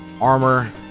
armor